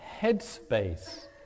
headspace